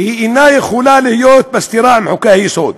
ואינה יכולה להיות בסתירה עם חוקי-היסוד.